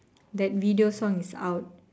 that video song is out